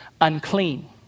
unclean